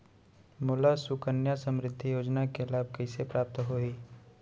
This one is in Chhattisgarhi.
मोला सुकन्या समृद्धि योजना के लाभ कइसे प्राप्त होही?